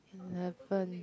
eleven